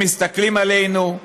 הם מסתכלים עלינו,